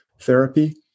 therapy